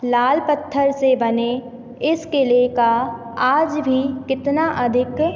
लाल पत्थर से बने इस क़िले का आज भी कितना अधिक